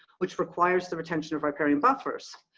which requires the retention of riparian buffers.